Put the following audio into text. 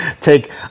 take